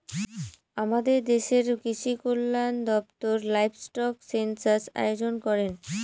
আমাদের দেশের কৃষিকল্যান দপ্তর লাইভস্টক সেনসাস আয়োজন করেন